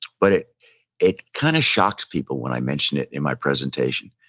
but it it kind of shocks people when i mention it in my presentation.